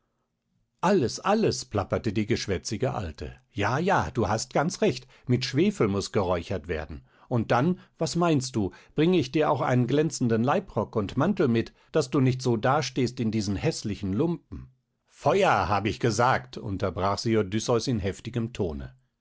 alles alles plapperte die geschwätzige alte ja ja du hast ganz recht mit schwefel muß geräuchert werden und dann was meinst du bringe ich dir auch einen glänzenden leibrock und mantel mit daß du nicht so da stehst in den häßlichen lumpen feuer hab ich gesagt unterbrach sie odysseus mit heftigem tone